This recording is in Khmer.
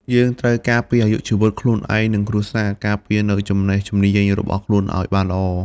យើងត្រូវការពារអាយុជីវិតខ្លួនឯងនិងគ្រួសារ ការពារនូវចំណេះជំនាញរបស់ខ្លួនឱ្យបានល្អ។